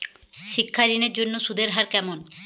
শিক্ষা ঋণ এর জন্য সুদের হার কেমন?